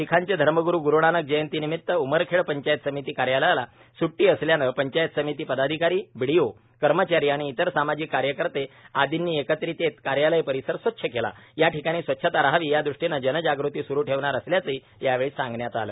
शीखांचे धर्मग्रू ग्रूनानक जयंती निमित उमरखेड पंचायत समिती कार्यालयाला स्टी असल्यानं पंचायत समिती पदाधिकारी बीडीओ कर्मचारी आणि इतर सामाजिक कार्यकर्ते आदींनी एकत्रित येत कार्यालय परिसर स्वच्छ केला या ठिकाणी स्वच्छता राहावी यादृष्टीनं जनजागृती स्रू ठेवणार असल्याचं यावेळी सांगण्यात आलं